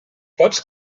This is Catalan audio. pots